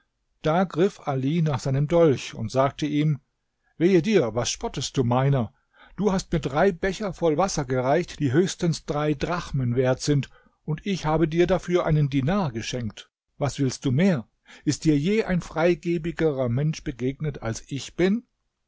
da griff ali nach seinem dolch und sagte ihm wehe dir was spottest du meiner du hast mir drei becher voll wasser gereicht die höchstens drei drachmen wert sind und ich habe dir dafür einen dinar geschenkt was willst du mehr ist dir je ein freigebigerer mensch begegnet als ich bin